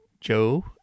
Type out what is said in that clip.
Joe